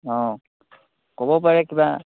অঁ ক'ব পাৰে কিবা